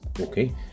Okay